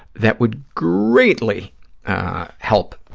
that would greatly help